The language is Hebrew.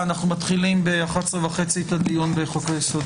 בשעה 11:30 אנחנו מתחילים את הדיון בחוק היסוד.